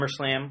SummerSlam